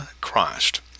Christ